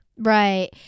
right